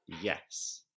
yes